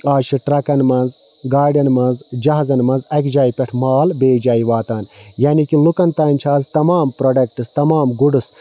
آز چھِ ٹرٛکَن مَنٛز گاڑٮ۪ن مَنٛز جَہازَن مَنٛز اَکہِ جایہِ پیٹھٕ مال بیٚیِس جایہِ واتان یعنے کہِ لُکَن تانۍ چھِ آز تَمام پروڈَکٹس تَمام گُڈس